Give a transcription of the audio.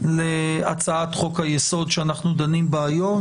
הצעת חוק היסוד שאנחנו דנים בה היום,